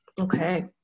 Okay